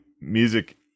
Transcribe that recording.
music